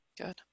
Good